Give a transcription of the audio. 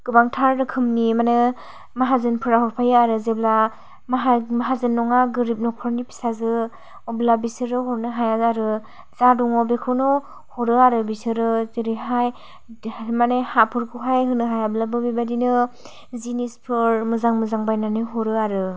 गोबांथार रोखोमनि मानो माहाजोनफ्रा हरफायो आरो जेब्ला माहा माहाजोन नङा गोरिब नखरनि फिसाजो अब्ला बिसोरो हरनो हाया आरो जा दङ बेखौनो हरो आरो बिसोरो जेरैहाय माने हाफोरखौहाय होनो हायाब्लाबो बिबायदिनो जिनिसफोर मोजां मोजां बायनानै हरो आरो